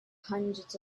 hundreds